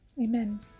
Amen